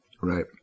Right